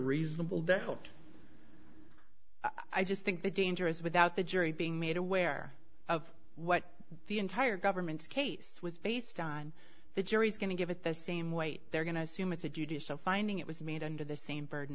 reasonable doubt i just think the danger is without the jury being made aware of what the entire government's case was based on the jury's going to give it the same weight they're going to assume it's a judicial finding it was made under the same burden